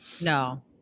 No